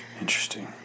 Interesting